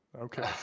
okay